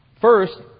First